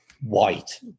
white